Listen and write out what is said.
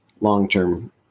long-term